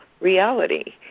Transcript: reality